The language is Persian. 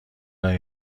راه